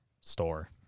store